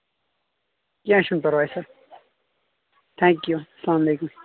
کینٛہہ چھُنہٕ پَرواے سَر تھینک یوٗ السلامُ علیکُم